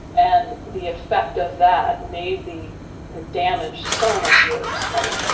and the effect of that made the the damage so much worse right.